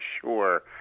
sure